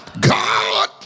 god